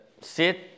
sit